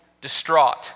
distraught